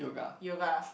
yoga